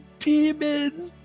demons